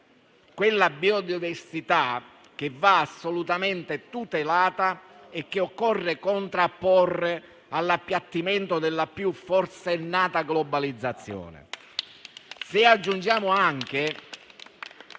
Quella biodiversità che va assolutamente tutelata e che occorre contrapporre all'appiattimento della più forsennata globalizzazione. Se aggiungiamo anche